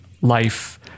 life